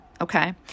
Okay